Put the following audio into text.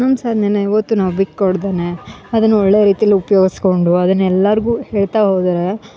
ನಮ್ಮ ಸಾಧ್ನೇನ ಯಾವತ್ತು ಬಿಟ್ಟು ಕೊಡದೇನೆ ಅದನ್ನ ಒಳ್ಳೆಯ ರೀತಿಲಿ ಉಪ್ಯೋಗ್ಸ್ಕೊಂಡು ಅದನ್ನ ಎಲ್ಲರಿಗು ಹೇಳ್ತಾ ಹೋದ್ರೆ